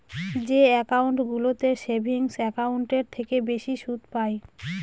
যে একাউন্টগুলোতে সেভিংস একাউন্টের থেকে বেশি সুদ পাই